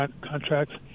contracts